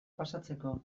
pasatzeko